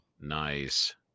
Nice